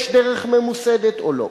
יש דרך ממוסדת, או לא?